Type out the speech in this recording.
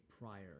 prior